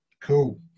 Cool